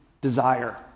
desire